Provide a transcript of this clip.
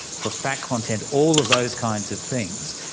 for fat content, all of those kinds of things.